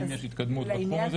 אם יש התקדמות בתחום הזה.